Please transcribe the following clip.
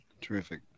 Terrific